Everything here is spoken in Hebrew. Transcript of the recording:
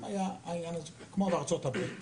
אם היה לנו כמו בארצות-הברית